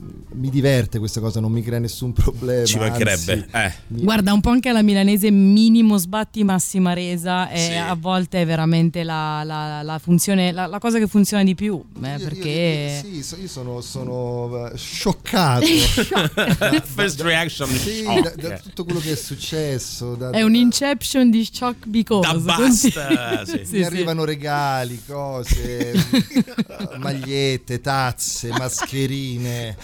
Mi diverte questa cosa, non mi crea nessun problema, Ci mancherebbe, anzi, eh. mi- Guarda, un po' anche alla milanese, minimo sbatti, massima resa, Sì. e a volte è veramente la- la- la funzione- la- la cosa che funziona di più, eh, Io- io- perché- io- sì, so- io sono- sono, eh, scioccato da- First da- reaction, sì, shock. da- da tutto quello che è successo, da- È un da- inception di shock because, Da basta, così. sì. Sì, Mi sì. arrivano regali, cose, magliette, tazze, mascherine.